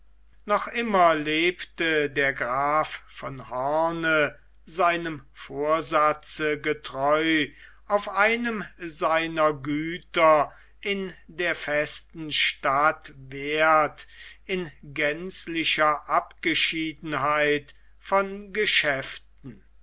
noch immer lebte der graf von hoorn seinem vorsatze getreu auf einem seiner güter in der festen stadt weerdt in gänzlicher abgeschiedenheit von geschäften